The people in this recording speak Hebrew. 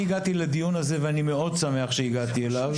אני הגעתי לדיון הזה ואני מאוד שמח שהוזמנתי אליו,